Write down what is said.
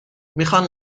میخان